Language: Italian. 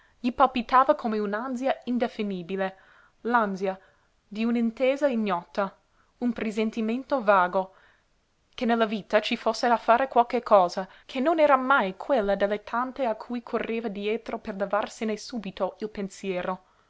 d'alba gli palpitava come un'ansia indefinibile l'ansia di un'attesa ignota un presentimento vago che nella vita ci fosse da fare qualche cosa che non era mai quella delle tante a cui correva dietro per levarsene subito il pensiero